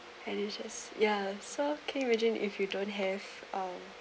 and it just yeah so can you imagine if you don't have um